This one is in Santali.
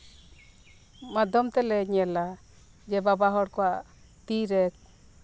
ᱢᱟᱫᱽᱫᱷᱚᱢ ᱛᱮᱞᱮ ᱧᱮᱞᱟ ᱡᱮ ᱵᱟᱵᱟ ᱦᱚᱲ ᱠᱚᱣᱟᱜ ᱛᱤ ᱨᱮ